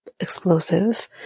explosive